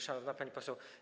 Szanowna Pani Poseł!